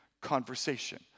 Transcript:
conversation